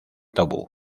tabú